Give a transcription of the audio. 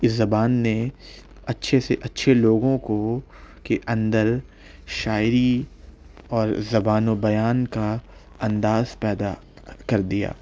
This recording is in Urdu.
اس زبان نے اچھے سے اچھے لوگوں کو کے اندر شاعری اور زبان و بیان کا انداز پیدا کر دیا